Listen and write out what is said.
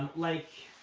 like,